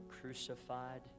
crucified